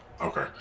Okay